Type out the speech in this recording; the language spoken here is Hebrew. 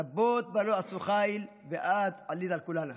רבות בנות עשו חיל ואת עלית על כלנה".